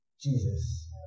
Jesus